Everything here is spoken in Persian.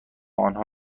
آنها